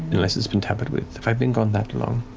unless it's been tampered with. have i been gone that long?